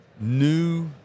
new